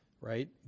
right